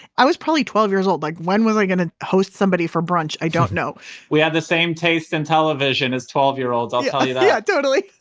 i was probably twelve years old. like when was i going to host somebody for brunch? i don't know we have the same taste in television as twelve year olds, i'll tell you that yeah totally.